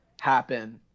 happen